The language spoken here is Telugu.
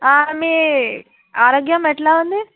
మీ ఆరోగ్యం ఎట్లా ఉంది